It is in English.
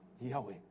Yahweh